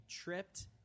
tripped